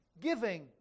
giving